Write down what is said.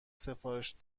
سفارش